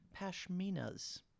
pashminas